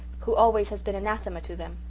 who always has been anathema to them.